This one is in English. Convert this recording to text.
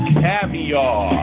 caviar